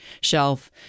shelf